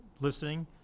listening